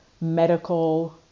medical